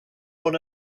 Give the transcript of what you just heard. one